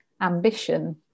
ambition